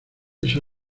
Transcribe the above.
eso